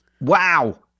wow